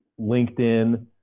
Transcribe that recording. LinkedIn